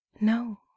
No